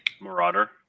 Marauder